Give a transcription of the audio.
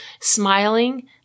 Smiling